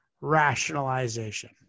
Rationalization